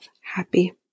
happy